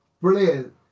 brilliant